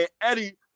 Eddie